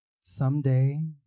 Someday